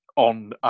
on